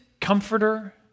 comforter